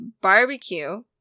barbecue